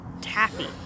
taffy